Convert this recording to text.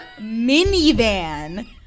minivan